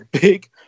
big